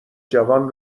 جوان